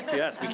yes,